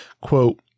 quote